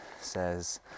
says